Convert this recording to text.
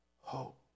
hope